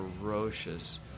ferocious